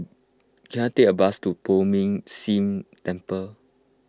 can I take a bus to Poh Ming Tse Temple